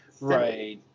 Right